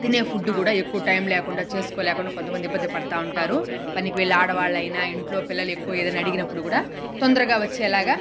తినే ఫుడ్డు గూడా ఎక్కువ టైమ్ లేకుండా చేసుకోలేకుండా కొంతమంది ఇబ్బంది పడుతా ఉంటారు పనికి వెళ్లే ఆడవాళ్లయిన ఇంట్లో పిల్లలు ఎక్కువ ఏదన్నా అడిగినప్పుడు గూడా తొందరగా వచ్చెలాగ